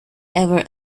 ever